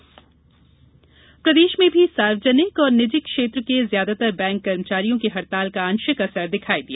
bank हड़ताल प्रदेश में भी सार्वजनिक और निजी क्षेत्र के ज्यादातर बैंक कर्मचारियों की हड़ताल का आंशिक असर दिखाई दिया